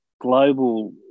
global